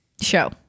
show